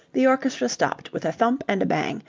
the orchestra stopped with a thump and a bang,